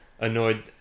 annoyed